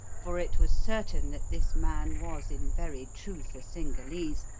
for it was certain that this man was in very truth a cingalese,